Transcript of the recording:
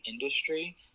industry